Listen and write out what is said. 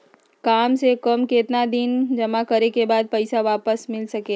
काम से कम केतना दिन जमा करें बे बाद पैसा वापस मिल सकेला?